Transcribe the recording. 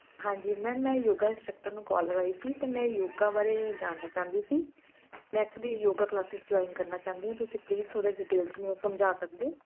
ਹਾਂਜੀ ਮੈਮ ਮੈਂ ਯੋਗਾ ਇੰਸਟਰਕਟਰ ਨੂੰ ਕੋਲ ਲਗਾਈ ਸੀ ਅਤੇ ਮੈਂ ਯੋਗਾ ਬਾਰੇ ਜਾਣਨਾ ਚਾਹੁੰਦੀ ਸੀ ਮੈਂ ਐਕਚੁਲੀ ਯੋਗਾ ਕਲਾਸਿਸ ਜੁਆਇਨ ਕਰਨਾ ਚਾਹੁੰਦੀ ਹਾਂ ਤੁਸੀਂ ਪਲੀਜ਼ ਥੋੜ੍ਹਾ ਡਿਟੇਲ 'ਚ ਮੈਨੂੰ ਸਮਝਾ ਸਕਦੇ ਹੋ